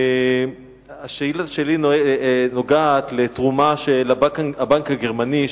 השאילתא שלי נוגעת לתרומה של הבנק הגרמני,